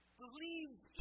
believes